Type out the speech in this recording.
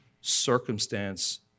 circumstance